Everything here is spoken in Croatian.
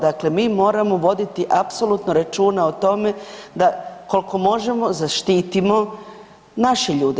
Dakle, mi moramo voditi apsolutno računa o tome da koliko možemo zaštitimo naše ljude.